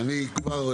אני כבר,